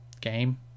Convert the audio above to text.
game